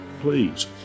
please